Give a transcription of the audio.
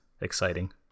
exciting